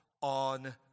on